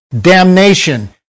damnation